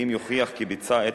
ואם יוכיח כי ביצע את